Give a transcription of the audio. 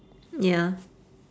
ya